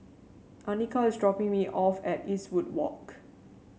Anika is dropping me off at Eastwood Walk